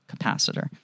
capacitor